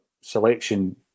selection